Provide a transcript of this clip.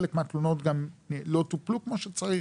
חלק מהתלונות גם לא טופלו כמו שצריך.